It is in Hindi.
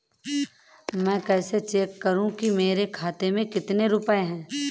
मैं कैसे चेक करूं कि मेरे खाते में कितने रुपए हैं?